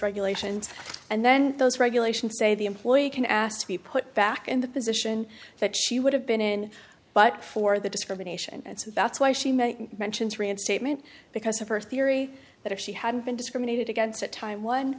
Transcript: regulations and then those regulations say the employee can ask to be put back in the position that she would have been but for the discrimination and so that's why she may mentions reinstatement because of her theory that if she hadn't been discriminated against at time one